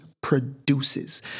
produces